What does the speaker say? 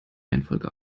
reihenfolge